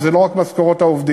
זה לא רק משכורות העובדים,